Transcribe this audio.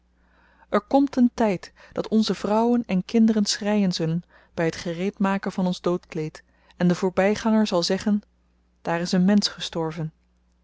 er komt een tyd dat onze vrouwen en kinderen schreien zullen by het gereedmaken van ons doodkleed en de voorbyganger zal zeggen daar is een mensch gestorven